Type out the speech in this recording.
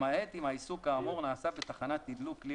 למעט אם העיסוק כאמור נעשה בתחנת תדלוק כלי